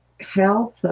Health